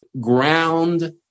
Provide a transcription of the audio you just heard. ground